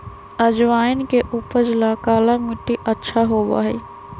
अजवाइन के उपज ला काला मट्टी अच्छा होबा हई